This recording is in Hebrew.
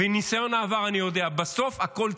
ומניסיון העבר אני יודע, בסוף הכול צף.